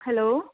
hello